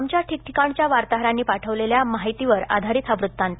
आमच्या ठिकठिकाणच्या वार्ताहरांनी पाठवलेल्या माहितीवर आधारित हा वृत्तांत